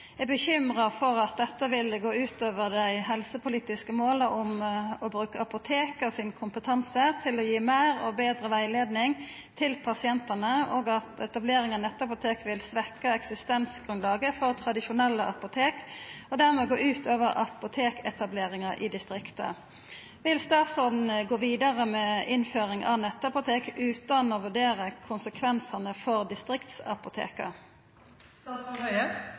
er bekymra for at dette vil gå ut over dei helsepolitiske måla om å bruka apoteka sin kompetanse til å gi meir og betre rettleiing til pasientane, og at etablering av nettapotek vil svekka eksistensgrunnlaget for tradisjonelle apotek og gå ut over apoteketableringar i distrikta. Vil statsråden gå vidare med innføring av nettapotek utan å vurdera konsekvensane for distriktsapoteka?»